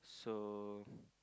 so